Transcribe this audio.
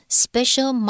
special